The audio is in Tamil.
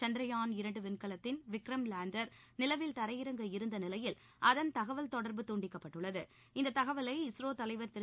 சந்திரயாண் இரண்டு விண்கலத்தின் விக்ரம் லேண்டர் நிலவில் தரையிறங்க இருந்த நிலையில் அதன் தகவல் தொடர்பு துண்டிக்கப்பட்டது இந்த தகவலை இஸ்ரோ தலைவர் திரு